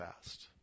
fast